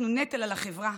אנחנו נטל על החברה.